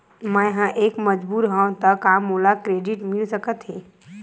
मैं ह एक मजदूर हंव त का मोला क्रेडिट मिल सकथे?